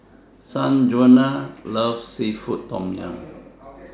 Sanjuana loves Seafood Tom Yum